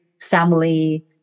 family